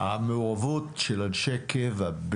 המעורבות של אנשי קבע,